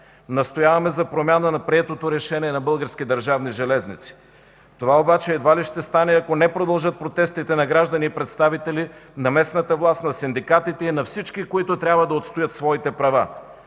Настояваме за промяна на приетото решение на Български държавни железници. Това обаче едва ли ще стане ако не продължат протестите на граждани и представители на местната власт, на синдикатите и на всички, които трябва да отстоят своите права.